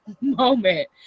moment